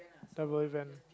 the BoyBand